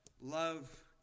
love